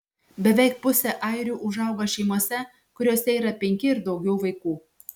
beveik pusė airių užauga šeimose kuriose yra penki ir daugiau vaikų